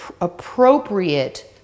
appropriate